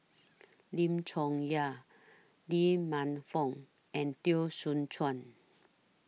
Lim Chong Yah Lee Man Fong and Teo Soon Chuan